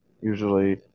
usually